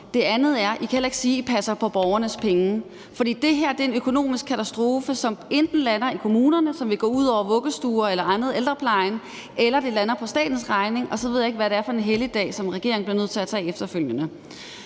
men ud over det kan I heller ikke sige, at I passer på borgernes penge. For det her er en økonomisk katastrofe, som enten lander i kommunerne og vil gå ud over vuggestuer eller ældreplejen eller lander på statens bord, og så ved jeg ikke, hvad det er for en helligdag, regeringen bliver nødt til at tage efterfølgende.